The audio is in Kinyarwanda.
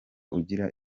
ugira